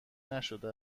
نشده